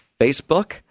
Facebook